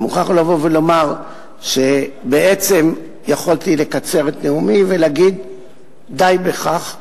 מוכרח לבוא ולומר שבעצם יכולתי לקצר את נאומי ולהגיד די בכך,